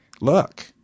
look